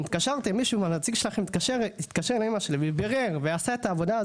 אם התקשרתם מישהו נציג שלכם התקשר לאמא שלי ובירר ועשה את העבודה,